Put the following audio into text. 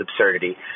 absurdity